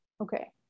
okay